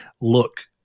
look